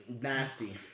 Nasty